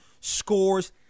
scores